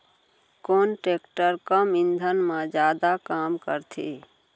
कोन टेकटर कम ईंधन मा जादा काम करथे?